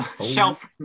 Shelf